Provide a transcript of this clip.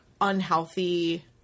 unhealthy